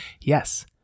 Yes